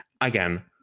again